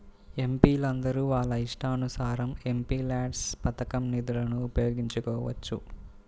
ఎంపీలందరూ వాళ్ళ ఇష్టానుసారం ఎంపీల్యాడ్స్ పథకం నిధులను ఉపయోగించుకోవచ్చు